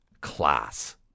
Class